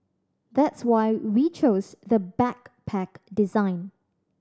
that's why we chose the backpack design